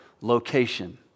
location